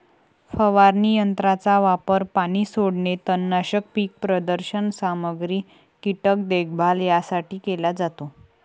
फवारणी यंत्राचा वापर पाणी सोडणे, तणनाशक, पीक प्रदर्शन सामग्री, कीटक देखभाल यासाठी केला जातो